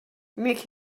nick